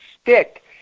stick